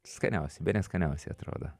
skaniausi bene skaniausiai atrodo